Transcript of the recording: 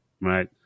Right